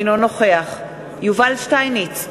אינו נוכח יובל שטייניץ,